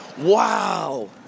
Wow